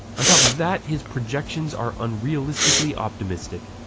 on top of that his projections are unrealistically optimistic.